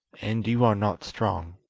and you are not strong